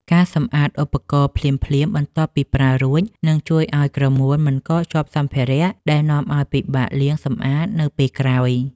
ការសម្អាតឧបករណ៍ភ្លាមៗបន្ទាប់ពីប្រើរួច នឹងជួយឱ្យក្រមួនមិនកកជាប់សម្ភារ: ដែលនាំឱ្យពិបាកលាងសម្អាតនៅពេលក្រោយ។